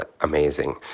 amazing